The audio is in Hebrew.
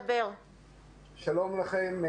שלום לכם.